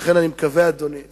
ועליית המחירים במשק.